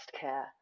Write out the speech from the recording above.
care